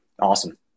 Awesome